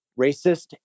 racist